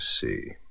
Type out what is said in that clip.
see